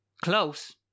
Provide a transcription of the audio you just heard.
close